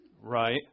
right